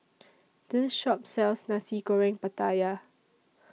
This Shop sells Nasi Goreng Pattaya